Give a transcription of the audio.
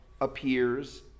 appears